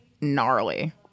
gnarly